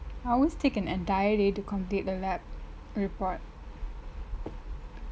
I always take an entire day to complete the lab report